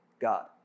God